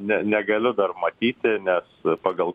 ne negaliu dar matyti nes pagal kon